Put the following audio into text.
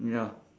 ya